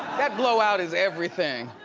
that blowout is everything.